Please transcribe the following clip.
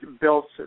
built